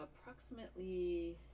Approximately